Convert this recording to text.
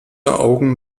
augen